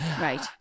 right